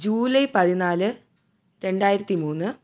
July പതിനാല് രണ്ടായിരത്തിമൂന്ന്